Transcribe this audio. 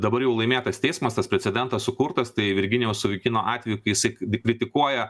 dabar jau laimėtas teismas tas precedentas sukurtas tai virginijaus savukyno atveju kai su kritikuoja